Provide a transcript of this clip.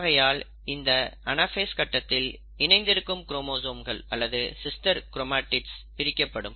ஆகையால் இந்த அனாஃபேஸ் கட்டத்தில் இணைந்திருக்கும் குரோமோசோம்கள் அல்லது சிஸ்டர் க்ரோமாடிட்ஸ் பிரிக்கப்படும்